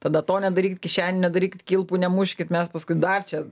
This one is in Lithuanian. tada to nedarykit kišenių nedarykit kilpų nemuškit mes paskui dar čia